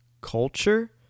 Culture